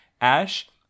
ash